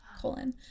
colon